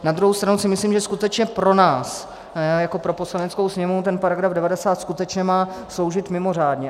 Na druhou stranu si myslím, že skutečně pro nás jako pro Poslaneckou sněmovnu ten § 90 skutečně má sloužit mimořádně.